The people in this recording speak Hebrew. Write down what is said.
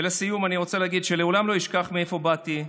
לסיום אני רוצה להגיד שלעולם לא אשכח מאיפה באתי,